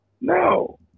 No